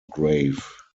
grave